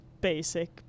basic